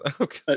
Okay